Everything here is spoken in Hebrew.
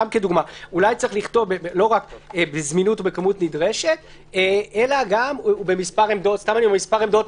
אולי צריך לכתוב לא רק בזמינות ובכמות נדרשת אלא גם במספר עמדות מספיק,